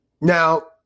Now